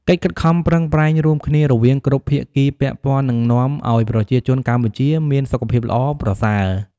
កិច្ចខិតខំប្រឹងប្រែងរួមគ្នារវាងគ្រប់ភាគីពាក់ព័ន្ធនឹងនាំឱ្យប្រជាជនកម្ពុជាមានសុខភាពល្អប្រសើរ។